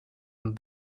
and